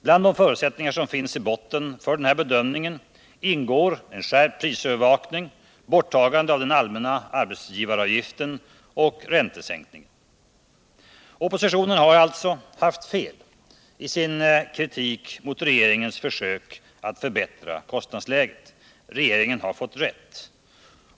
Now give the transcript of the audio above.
Bland de förutsättningar som finns i botten för den här bedömningen ingår en skärpning av prisövervakningen, borttagandet av den allmänna arbetsgivaravgiften och räntesänkningen. Oppositionen har alltså haft fel i sin kritik av regeringens försök att förbättra kostnadsläget. Regeringen har fått rätt.